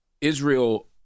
Israel